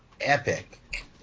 epic